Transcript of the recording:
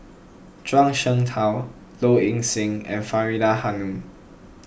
Zhuang Shengtao Low Ing Sing and Faridah Hanum